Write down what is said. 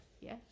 Yes